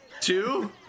Two